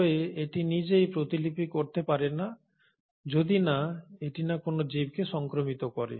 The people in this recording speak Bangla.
তবে এটি নিজেই প্রতিলিপি করতে পারে না যদি না এটি কোন জীবকে সংক্রামিত করে